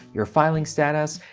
your filing status,